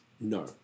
No